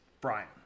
Brian